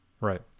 Right